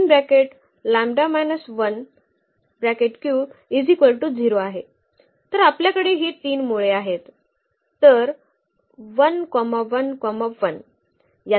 तर आपल्याकडे ही 3 मुळे आहेत तर 1 1 1